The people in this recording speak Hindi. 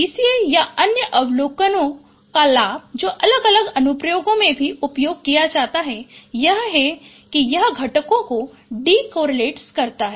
PCA या अन्य आवेदकों का लाभ जो अलग अलग अनुप्रयोगों में भी उपयोग किया जाता है यह है कि कि यह घटकों को डी कोरिलेट करता है